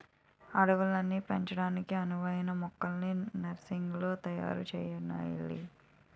అడవుల్ని పెంచడానికి అనువైన మొక్కల్ని నర్సరీలో తయారు సెయ్యాలి